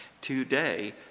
today